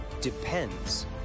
depends